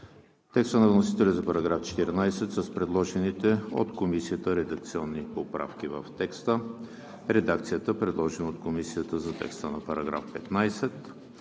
текста на вносителя за § 14, с предложените от Комисията редакционни поправки в текста; редакцията, предложена от Комисията за текста на § 15;